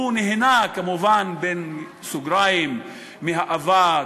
הוא "נהנה" מהאבק,